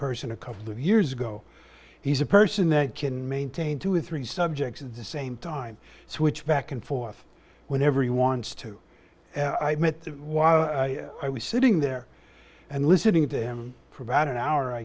person a couple of years ago he's a person that can maintain two or three subjects at the same time switch back and forth whenever he wants to i've met while i was sitting there and listening to him for about an hour i